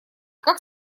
как